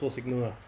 做 signal ah